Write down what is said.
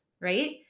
right